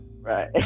right